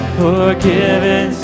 forgiven